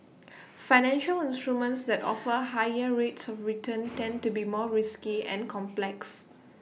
financial instruments that offer higher rates of return tend to be more risky and complex